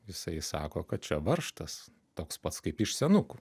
jisai sako kad čia varžtas toks pats kaip iš senukų